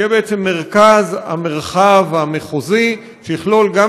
תהיה בעצם מרכז המרחב המחוזי שיכלול גם